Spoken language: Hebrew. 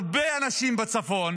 להרבה אנשים בצפון